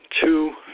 Two